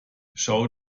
schau